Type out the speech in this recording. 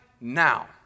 now